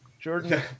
Jordan